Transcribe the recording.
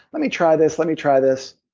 let me try this, let me try this.